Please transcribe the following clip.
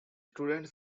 student